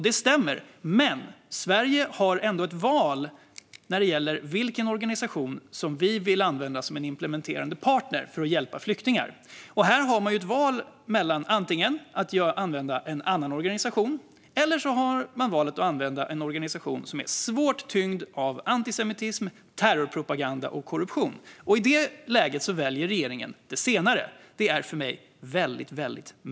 Det stämmer, men Sverige har ändå ett val när det gäller vilken organisation vi vill använda som en implementerande partner för att hjälpa flyktingar. Här har man ett val mellan att antingen använda en annan organisation eller en organisation som är svårt tyngd av antisemitism, terrorpropaganda och korruption. I det läget väljer regeringen det senare. Det är för mig väldigt märkligt.